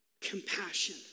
compassion